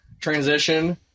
transition